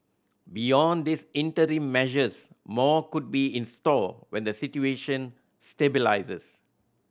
beyond these interim measures more could be in store when the situation stabilises